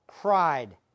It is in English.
pride